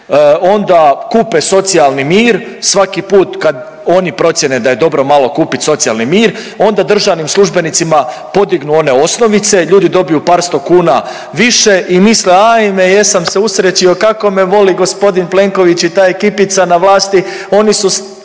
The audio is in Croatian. onda kupe socijalni mir svaki put kad oni procjene da je dobro malo kupiti socijalni mir, onda državnim službenicima podignu one osnovice, ljudi dobiju par 100 kuna više i misle, ajme jesam se usrećio, kako me voli g. Plenković i ta ekipica na vlasti, oni su